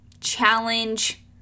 challenge